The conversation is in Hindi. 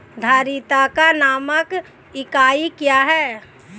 धारिता का मानक इकाई क्या है?